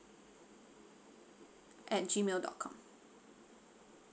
at G mail dot com